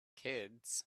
kids